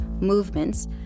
movements